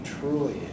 truly